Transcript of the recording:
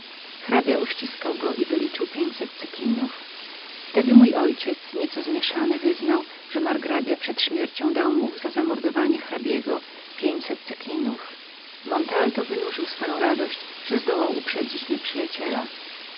uściskał go i wyliczył pięćset cekinów wtedy mój ojciec nieco zmieszany wyznał mu że margrabia przed śmiercią dał mu za zamordowanie go pięćset cekinów montalto wynurzył swoją radość że zdołał uprzedzić nieprzyjaciela